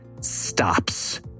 stops